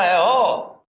o